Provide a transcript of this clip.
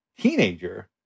teenager